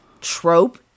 trope